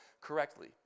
correctly